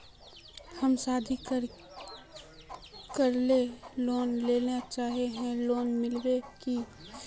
हम शादी करले लोन लेले चाहे है लोन मिलते की?